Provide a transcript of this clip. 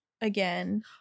again